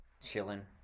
chilling